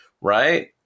right